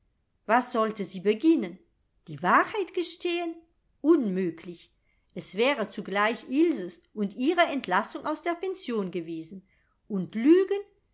was sollte sie beginnen die wahrheit gestehen unmöglich es wäre zugleich ilses und ihre entlassung aus der pension gewesen und lügen